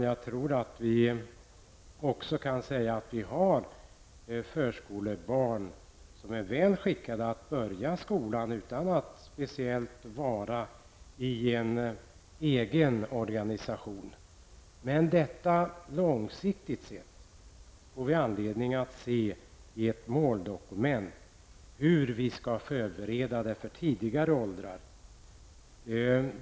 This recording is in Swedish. Jag tror att vi kan säga att vi har förskolebarn som är väl skickade att börja skolan utan att där vara i en egen, speciell organisation. Men hur vi skall förbereda skolstarten för lägre åldrar får vi se i ett måldokument.